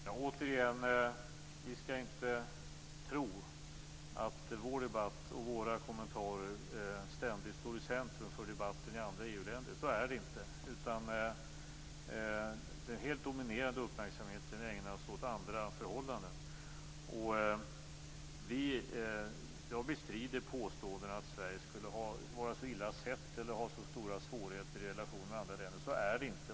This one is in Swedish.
Fru talman! Återigen: Vi skall inte tro att vår debatt och våra kommentarer ständigt står i centrum för debatten i andra EU-länder. Så är det inte, utan den helt dominerande uppmärksamheten ägnas åt andra förhållanden. Jag bestrider påståendena att Sverige skulle vara så illa sett eller ha så stora svårigheter i relationerna med andra länder. Så är det inte.